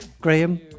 Graham